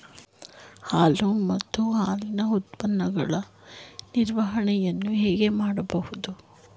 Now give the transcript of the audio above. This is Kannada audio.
ಹಾಲು ಮತ್ತು ಹಾಲಿನ ಉತ್ಪನ್ನಗಳ ನಿರ್ವಹಣೆಯನ್ನು ಹೇಗೆ ಮಾಡಬಹುದು?